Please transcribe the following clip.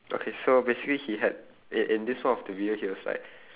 okay so basically he had in in this one of the video he was like